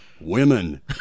women